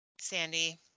sandy